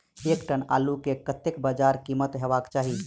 एक टन आलु केँ कतेक बजार कीमत हेबाक चाहि?